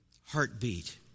heartbeat